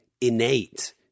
innate